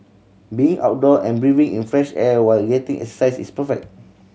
being outdoor and breathing in fresh air while getting exercise is perfect